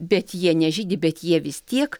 bet jie nežydi bet jie vis tiek